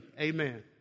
Amen